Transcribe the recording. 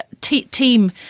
team